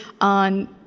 on